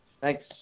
Thanks